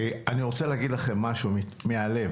אני רוצה להגיד לכם משהו מהלב.